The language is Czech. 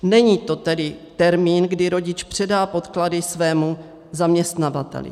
Není to tedy termín, kdy rodič předá podklady svému zaměstnavateli.